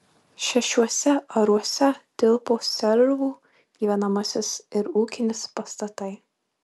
šešiuose aruose tilpo servų gyvenamasis ir ūkinis pastatai